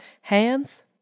Hands